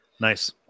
nice